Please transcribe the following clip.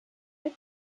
her